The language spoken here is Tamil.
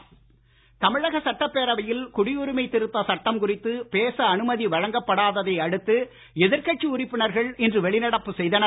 திமுக வெளிநடப்பு தமிழக சட்டப் பேரவையில் குடியுரிமை திருத்தச் சட்டம் குறித்து பேச அனுமதி வழங்கப்படாததை அடுத்து எதிர்கட்சி உறுப்பினர்கள் இன்று வெளிநடப்பு செய்தனர்